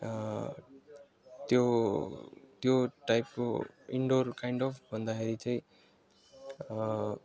त्यो त्यो टाइपको इन्डोर काइन्ड अफ भन्दाखेरि चाहिँ